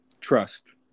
trust